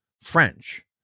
French